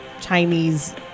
Chinese